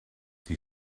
die